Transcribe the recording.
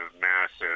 massive